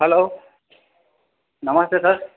hello નમસ્તે sir